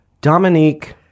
Dominique